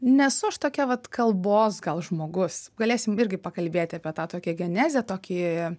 nesu aš tokia vat kalbos gal žmogus galėsim irgi pakalbėti apie tą tokią genezę tokį